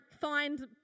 find